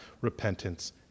repentance